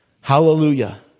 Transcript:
Hallelujah